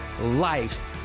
life